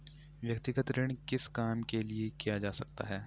व्यक्तिगत ऋण किस काम के लिए किया जा सकता है?